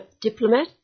diplomat